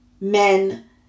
men